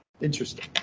Interesting